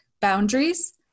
boundaries